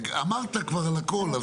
אמרת כבר על הכל.